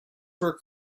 were